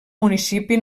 municipi